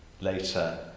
later